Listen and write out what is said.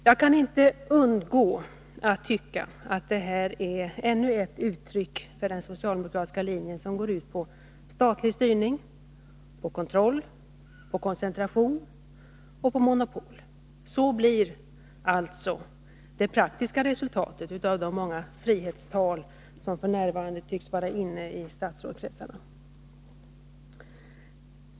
Jag kan inte undgå att tycka att detta är ännu ett uttryck för den socialdemokratiska linje som går ut på statlig styrning och kontroll, koncentration och monopol. Så blir alltså det praktiska resultatet av de många frihetstal som f. n. tycks vara ”inne” i statsrådskretsarna.